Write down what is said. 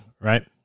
right